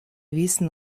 wissen